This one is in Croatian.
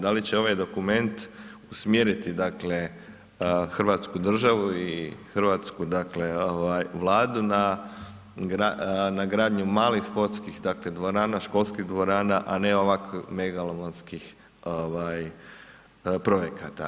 Da li će ovaj dokument usmjeriti dakle hrvatsku državu i hrvatsku dakle Vladu na gradnju malih sportskih dvorana, školskih dvorana, a ne ovako megalomanskih projekata.